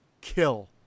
kill